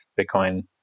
Bitcoin